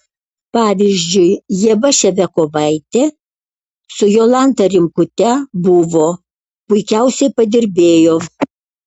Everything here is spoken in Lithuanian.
pavyzdžiui ieva ševiakovaitė su jolanta rimkute buvo puikiausiai padirbėjo